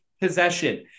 possession